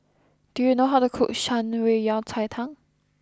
do you know how to cook Shan Rui Yao Cai Tang